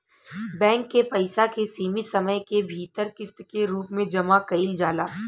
bank के पइसा के सीमित समय के भीतर किस्त के रूप में जामा कईल जाला